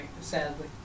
Sadly